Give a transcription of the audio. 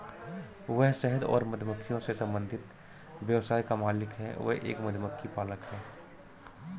वह शहद और मधुमक्खियों से संबंधित व्यवसाय का मालिक है, वह एक मधुमक्खी पालक है